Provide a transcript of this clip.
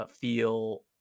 feel